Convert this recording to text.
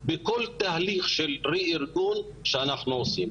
בכל תהליך של רה-ארגון שאנחנו עושים.